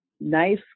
Nice